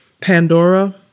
Pandora